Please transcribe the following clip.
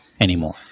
anymore